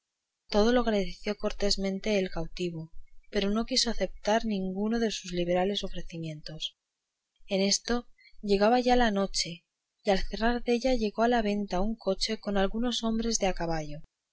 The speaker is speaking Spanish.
todo lo agradeció cortesísimamente el cautivo pero no quiso acetar ninguno de sus liberales ofrecimientos en esto llegaba ya la noche y al cerrar della llegó a la venta un coche con algunos hombres de a caballo